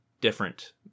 different